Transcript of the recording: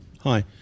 Hi